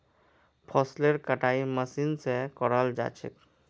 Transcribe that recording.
फसलेर कटाई मशीन स कराल जा छेक